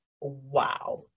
wow